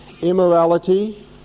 immorality